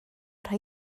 rhoi